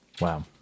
wow